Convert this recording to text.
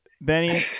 Benny